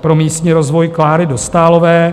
pro místní rozvoj Kláry Dostálové.